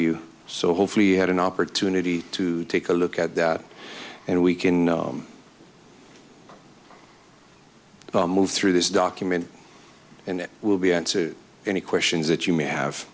you so hopefully had an opportunity to take a look at that and we can move through this document and it will be answer any questions that you may have